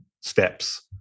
steps